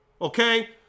okay